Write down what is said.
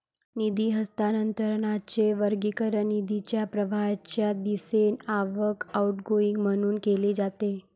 निधी हस्तांतरणाचे वर्गीकरण निधीच्या प्रवाहाच्या दिशेने आवक, आउटगोइंग म्हणून केले जाते